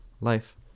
life